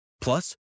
Plus